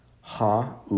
ha